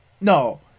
No